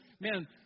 Man